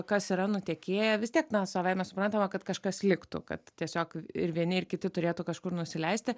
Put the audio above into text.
kas yra nutekėję vis tiek na savaime suprantama kad kažkas liktų kad tiesiog ir vieni ir kiti turėtų kažkur nusileisti